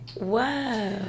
Wow